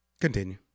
Continue